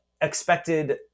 expected